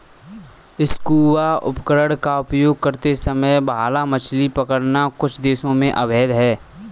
scuba उपकरण का उपयोग करते समय भाला मछली पकड़ना कुछ देशों में अवैध है